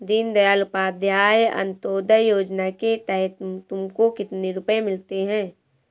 दीन दयाल उपाध्याय अंत्योदया योजना के तहत तुमको कितने रुपये मिलते हैं